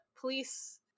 police